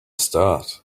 start